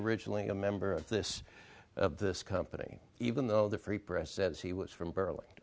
originally a member of this of this company even though the free press says he was from